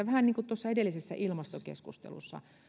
vähän niin kuin tuossa edellisessä ilmastokeskustelussa kun